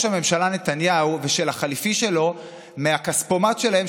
הממשלה נתניהו ושל החליפי שלו מהכספומט שלהם,